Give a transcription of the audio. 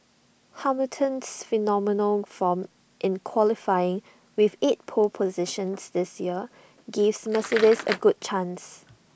Hamilton's phenomenal form in qualifying with eight pole positions this year gives Mercedes A good chance